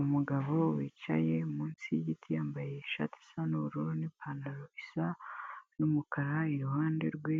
Umugabo wicaye munsi y'igiti yambaye ishati isa n'ubururu n'ipantaro isa n'umukara, iruhande rwe